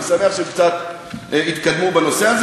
אני שמח שקצת התקדמו בעניין הזה.